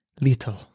little